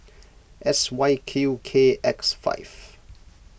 S Y Q K X five